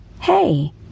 hey